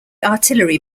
artillery